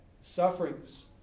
sufferings